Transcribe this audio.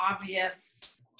obvious